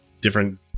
different